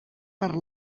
per